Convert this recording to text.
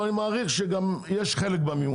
אבל אני מעריך שיש להם חלק במימון.